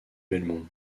belmont